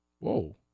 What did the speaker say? Whoa